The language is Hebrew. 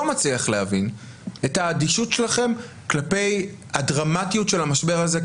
אני לא מצליח להבין את האדישות שלכם כלפי הדרמטיות של המשבר הזה,